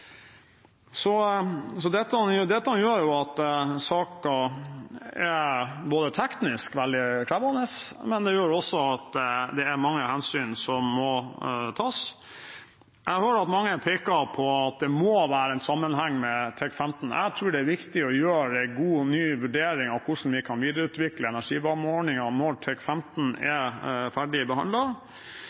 Dette gjør at saken er både teknisk veldig krevende, og at det er mange hensyn som må tas. Jeg hører at mange peker på at det må være en sammenheng med TEK15. Jeg tror det er viktig å gjøre en god og ny vurdering av hvordan vi kan videreutvikle energimerkeordningen når TEK15 er ferdig